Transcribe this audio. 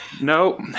No